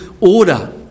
order